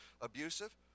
abusive